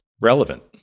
relevant